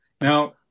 now